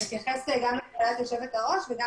אני אתייחס גם לשאלת היושבת-ראש וגם